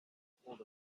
pulled